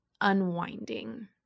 unwinding